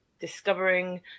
discovering